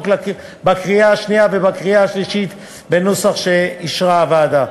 בקריאה שנייה ובקריאה שלישית בנוסח שאישרה הוועדה.